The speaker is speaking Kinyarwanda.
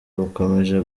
bukomeje